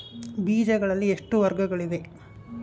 ಬೇಜಗಳಲ್ಲಿ ಎಷ್ಟು ವರ್ಗಗಳಿವೆ?